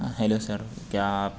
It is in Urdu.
ہیلو سر کیا آپ